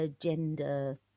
gender